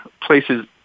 places